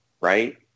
right